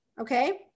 okay